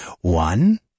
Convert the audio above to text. One